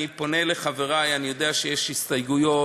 אני פונה לחברי: אני יודע שיש הסתייגויות,